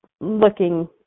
looking